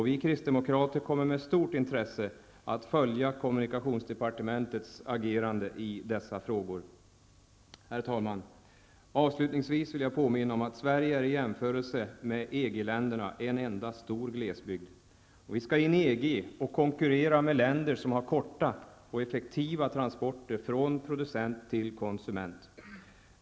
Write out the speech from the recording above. Vi kristdemokrater kommer med stort intresse att följa kommunikationsdepartementets agerande i dessa frågor. Herr talman! Avslutningsvis vill jag påminna om att Sverige i jämförelse med EG-länderna är en enda stor glesbygd. Vi skall in i EG och konkurrera med länder som har korta och effektiva transporter från producent till konsument.